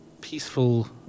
peaceful